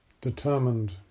determined